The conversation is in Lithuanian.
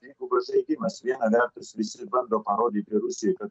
jeigu pasirinkimas viena vertus visi bando parodyti rusijoj kad